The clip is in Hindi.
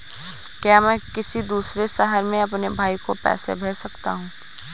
क्या मैं किसी दूसरे शहर में अपने भाई को पैसे भेज सकता हूँ?